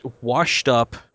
washed-up